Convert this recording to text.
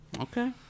okay